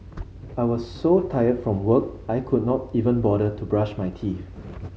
I was so tired from work I could not even bother to brush my teeth